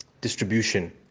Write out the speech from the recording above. distribution